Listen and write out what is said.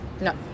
No